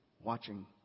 watching